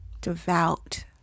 devout